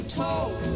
talk